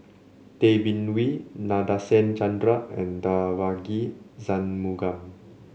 Tay Bin Wee Nadasen Chandra and Devagi Sanmugam